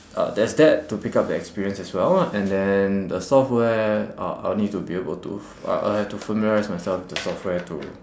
uh there's that to pick up the experience as well lah and then the software uh I'll need to be able to I I'll have to familiarise myself with the software to